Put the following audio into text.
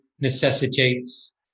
necessitates